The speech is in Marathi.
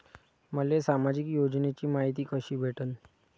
मले सामाजिक योजनेची मायती कशी भेटन?